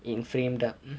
in framed ah